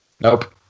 Nope